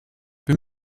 wir